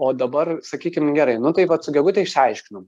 o dabar sakykim gerai nu tai vat su gegute išaiškinom